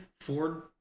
Ford